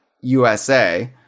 USA